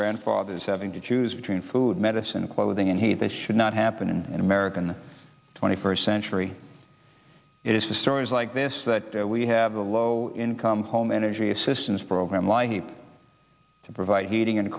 grandfathers having to choose between food medicine clothing and heat that should not happen in an american twenty first century it is the stories like this that we have the low income home energy assistance program light heap to provide heating and